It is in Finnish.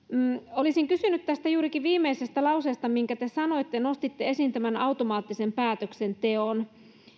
olisin kysynyt juurikin tästä viimeisestä lauseesta minkä te sanoitte nostitte esiin tämän automaattisen päätöksenteon